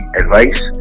advice